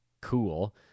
Cool